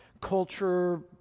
culture